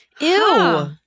Ew